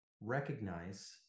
recognize